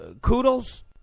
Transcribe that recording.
Kudos